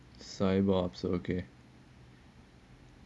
cyber operations ah okay